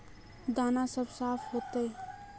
दाना सब साफ होते?